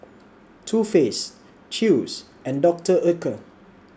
Too Faced Chew's and Doctor Oetker